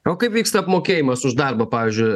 o kaip vyksta apmokėjimas už darbą pavyzdžiui